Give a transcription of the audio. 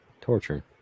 torture